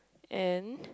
and